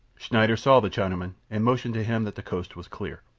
schneider saw the chinaman, and motioned to him that the coast was clear.